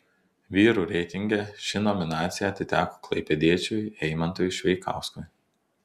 vyrų reitinge ši nominacija atiteko klaipėdiečiui eimantui šveikauskui